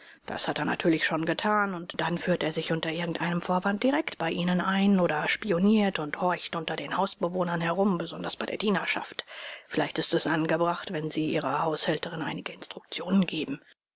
das hat er natürlich schon getan und dann führt er sich unter irgendeinem vorwand direkt bei ihnen ein oder spioniert und horcht unter den hausbewohnern herum besonders bei der dienerschaft vielleicht ist es angebracht wenn sie ihrer haushälterin einige instruktionen geben